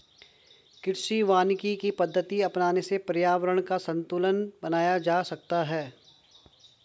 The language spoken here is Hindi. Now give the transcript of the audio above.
कृषि वानिकी की पद्धति अपनाने से पर्यावरण का संतूलन बनाया जा सकता है